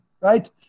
right